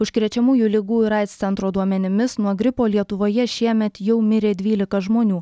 užkrečiamųjų ligų ir aids centro duomenimis nuo gripo lietuvoje šiemet jau mirė dvylika žmonių